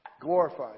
glorified